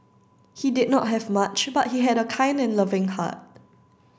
he did not have much but he had a kind and loving heart